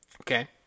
Okay